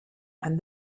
and